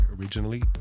originally